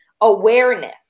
awareness